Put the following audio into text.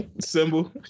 symbol